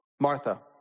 Martha